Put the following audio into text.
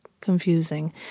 confusing